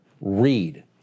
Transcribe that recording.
read